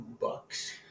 Bucks